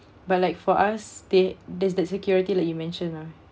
but like for us they there's that security like you mentioned lah